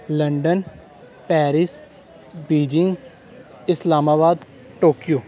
London Paris Beijing Islamabad Tokyo